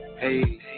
hey